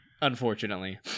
unfortunately